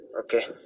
Okay